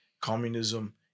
communism